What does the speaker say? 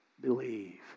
believe